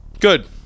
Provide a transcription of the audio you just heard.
Good